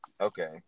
Okay